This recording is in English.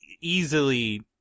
easily